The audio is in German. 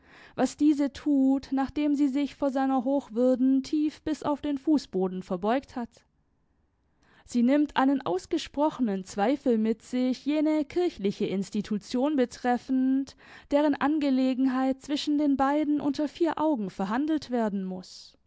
was diese tut nachdem sie sich vor seiner hochwürden tief bis auf den fußboden verbeugt hat sie nimmt einen ausgesprochenen zweifel mit sich jene kirchliche institution betreffend deren angelegenheit zwischen den beiden unter vier augen verhandelt werden muß